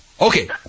Okay